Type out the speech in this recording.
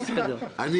אדוני ראש העיר.